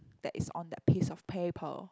that is on that piece of paper